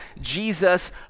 Jesus